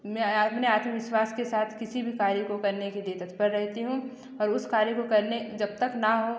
मैं अपने आत्मविश्वास के साथ किसी भी कार्य को करने के लिए तत्पर रहती हूँ और उस कार्य को करने जब तक ना हो